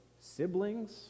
siblings